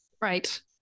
Right